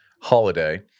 holiday